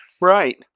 Right